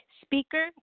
speaker